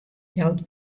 jout